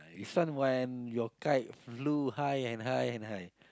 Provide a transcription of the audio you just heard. it's fun when your kite flew high and high and high